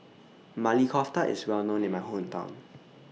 Maili Kofta IS Well known in My Hometown